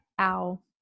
ow